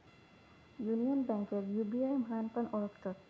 union बैंकेक UBI म्हणान पण ओळखतत